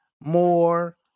more